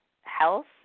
health